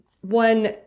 one